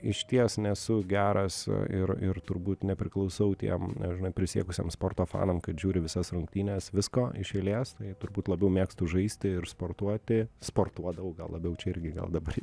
išties nesu geras ir ir turbūt nepriklausau tiem žinai prisiekusiem sporto fanam kad žiūri visas rungtynes visko iš eilės tai turbūt labiau mėgstu žaisti ir sportuoti sportuodavau gal labiau čia irgi gal dabar